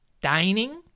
Dining